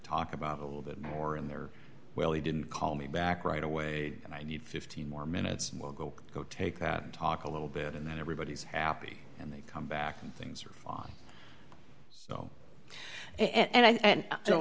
talk about a little bit more in there well he didn't call me back right away and i need fifteen more minutes to go take that talk a little bit and then everybody is happy and they come back and things are fine so and so and i